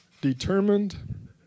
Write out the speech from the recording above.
determined